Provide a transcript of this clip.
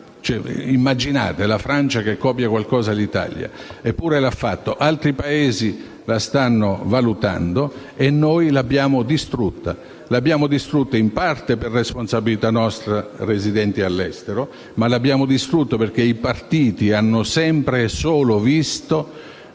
Immaginate: la Francia che copia qualcosa all'Italia; eppure lo ha fatto. Altri Paesi la stanno valutando e noi l'abbiamo distrutta. L'abbiamo distrutta, in parte per responsabilità nostra, dei residenti all'estero, ma anche perché i partiti hanno sempre e solo visto